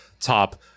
top